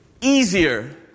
easier